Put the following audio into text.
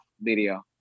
video